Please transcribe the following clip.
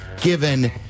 given